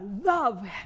love